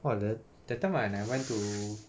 !wah! the that time when I went to